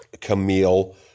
Camille